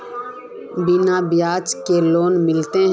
बिना ब्याज के लोन मिलते?